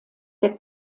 der